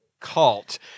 cult